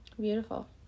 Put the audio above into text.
Beautiful